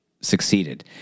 succeeded